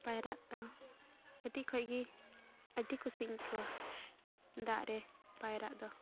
ᱯᱟᱭᱨᱟᱜ ᱫᱚ ᱠᱟᱹᱴᱤᱡ ᱠᱷᱚᱡ ᱜᱮ ᱟᱹᱰᱤ ᱠᱩᱥᱤᱧ ᱟᱹᱭᱠᱟᱹᱣᱟ ᱫᱟᱜ ᱨᱮ ᱯᱟᱭᱨᱟᱜ ᱫᱚ